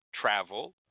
travel